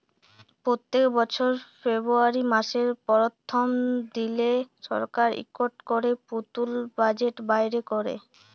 প্যত্তেক বছর ফেরবুয়ারি ম্যাসের পরথম দিলে সরকার ইকট ক্যরে লতুল বাজেট বাইর ক্যরে